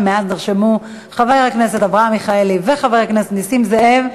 ומאז נרשמו חבר הכנסת אברהם מיכאלי וחבר הכנסת נסים זאב.